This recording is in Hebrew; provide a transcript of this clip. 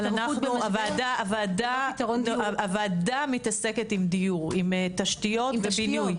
אבל הוועדה מתעסקת עם דיור, עם תשתיות ובינוי.